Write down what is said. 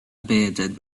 bearded